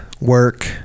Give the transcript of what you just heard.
work